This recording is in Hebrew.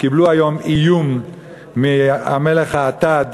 קיבלו היום איום מהמלך האטד,